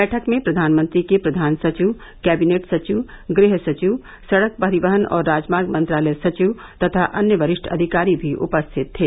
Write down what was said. बैठक में प्रधानमंत्री के प्रधान सचिव कैबिनेट सचिव गृहसचिव सड़क परिवहन और राजमार्ग मंत्रालय सचिव तथा अन्य वरिष्ठ अधिकारी भी उपस्थित थे